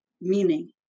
meaning